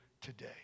today